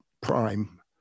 Prime